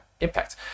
impact